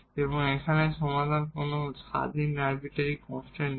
এবং এখানে সমাধান কোন ইন্ডিপেন্ডেট আরবিটারি কনস্ট্যান্ট নেই